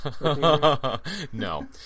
no